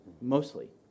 mostly